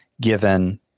given